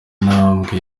intambwe